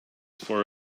for